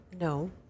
No